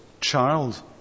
child